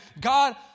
God